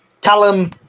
Callum